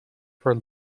for